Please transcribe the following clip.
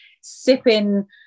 sipping